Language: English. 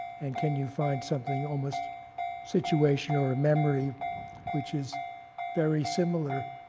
and can you find something almost situation or a memory which is very similar,